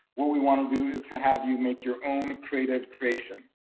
what we wanna do is to have you make your own creative creation.